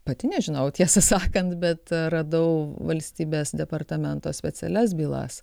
pati nežinau tiesą sakant bet radau valstybės departamento specialias bylas